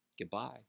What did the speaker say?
Goodbye